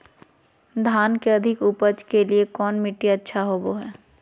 धान के अधिक उपज के लिऐ कौन मट्टी अच्छा होबो है?